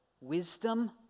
wisdom